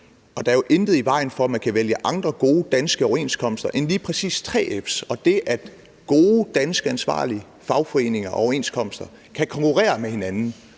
Der er jo intet i vejen for, at man kan vælge andre gode danske overenskomster end lige præcis 3F's, og det, at gode danske ansvarlige fagforeninger og overenskomster kan konkurrere med hinanden